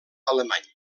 alemany